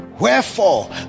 Wherefore